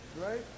Right